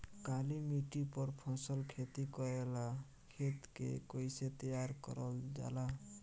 काली मिट्टी पर फसल खेती करेला खेत के कइसे तैयार करल जाला?